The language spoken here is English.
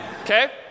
Okay